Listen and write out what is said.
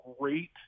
great